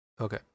Okay